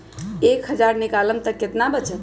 एक हज़ार निकालम त कितना वचत?